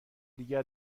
دیگر